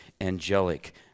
angelic